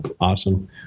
Awesome